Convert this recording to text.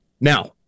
Now